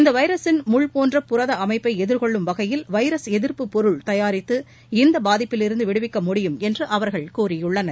இந்த வைரஸின் முள்போன்ற புரத அமைப்பை எதிர்கொள்ளும் வகையில் வைரஸ் எதிர்ப்பு பொருள் தயாரித்து இந்த பாதிப்பிலிருந்து விடுவிக்க முடியும் என்று அவர்கள் கூறியுள்ளனர்